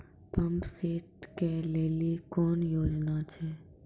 Pump set केलेली कोनो योजना छ?